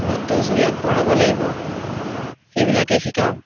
কিমানটো জুই আগবঢ়াব লাগিব সেইবিলাকেই শিকাওঁ